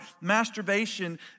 Masturbation